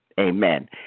Amen